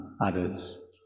others